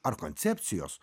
ar koncepcijos